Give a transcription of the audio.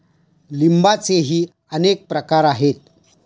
लिंबाचेही अनेक प्रकार आहेत